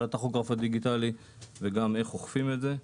הטכוגרף הדיגיטלי וגם איך אוכפים את זה.